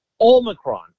Omicron